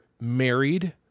married